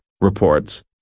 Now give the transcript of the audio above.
reports